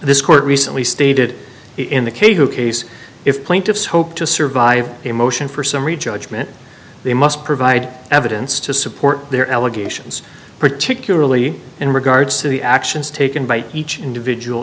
this court recently stated in the case of case if plaintiffs hope to survive a motion for summary judgment they must provide evidence to support their allegations particularly in regards to the actions taken by each individual